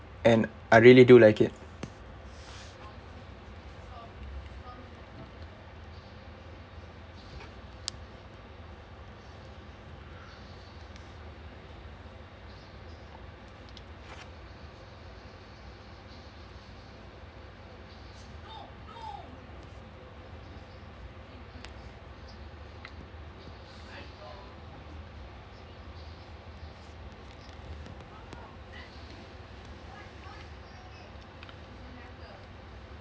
and I really do like it